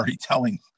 telling